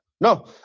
no